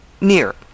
Near